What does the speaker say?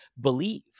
believe